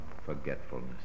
forgetfulness